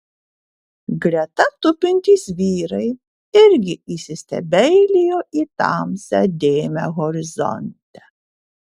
greta tupintys vyrai irgi įsistebeilijo į tamsią dėmę horizonte